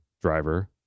driver